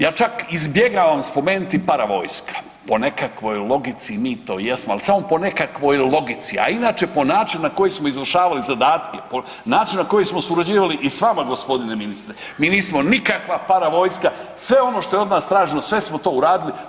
Ja čak izbjegavam spomenuti paravojska, po nekakvoj logici mi to jesmo, ali samo po nekakvoj logici, a inače po načinu na koji smo izvršavali zadatke, načinu na koji smo surađivali i s vama gospodine ministre mi nismo nikakav paravojska, sve ono što je od nas traženo sve smo to uradili.